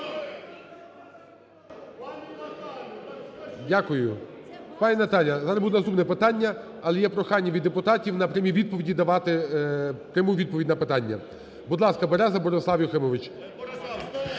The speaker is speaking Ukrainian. Дякую. Пані Наталя, зараз буде наступне питання. Але є прохання від депутатів на прямі відповіді давати пряму відповідь на питання. Будь ласка, Береза Борислав Юхимович.